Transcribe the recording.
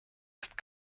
ist